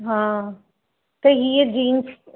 हा त हीअ जींस